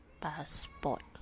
passport